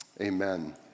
amen